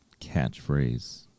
catchphrase